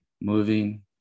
moving